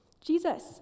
Jesus